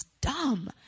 dumb